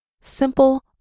simple